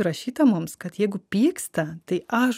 įrašyta mums kad jeigu pyksta tai aš